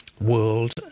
world